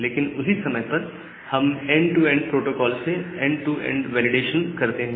लेकिन उसी समय पर हम इस एंड टू एंड प्रोटोकॉल से एंड टू एंड वैलिडेशन करते हैं